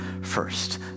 first